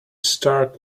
stark